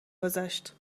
گذشت